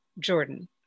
Jordan